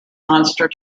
monster